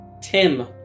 Tim